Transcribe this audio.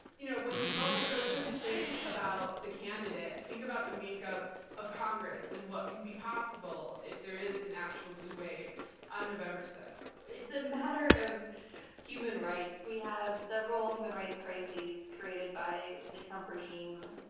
you know, when you vote, don't just think about the candidate. think about the make-up of congress, and what can be possible if there is an actual blue wave on november six. it's a matter of human rights. we have several human rights crises created by the trump regime,